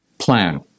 Plan